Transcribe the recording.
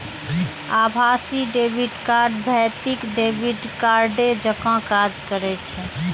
आभासी debit card भौतिक debit कार्डे जकां काज करै छै